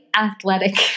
athletic